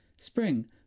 Spring